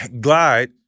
glide